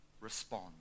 respond